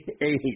Eight